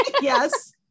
Yes